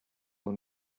will